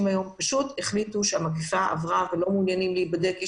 פשוט החליטו שהמגיפה עברה ולא מעוניינים להיבדק.